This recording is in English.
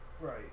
Right